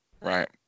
Right